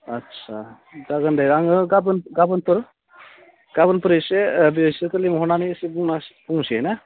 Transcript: आस्सा जागोन दे आङो गाबोन गाबोनफोर एसे बिसोरखौ लिंहरनानै एसे बुंसै ना